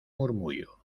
murmullo